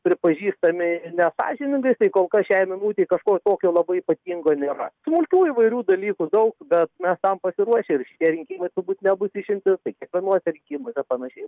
pripažįstami nesąžiningais tai kol kas šiai minutei kažko tokio labai ypatingo nėra smulkių įvairių dalykų daug bet mes tam pasiruošę ir šitie rinkimai turbūt nebus išimtis tai kiekvienuose rinkimuose panašiai